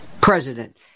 president